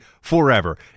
forever